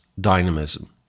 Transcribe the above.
dynamism